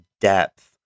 depth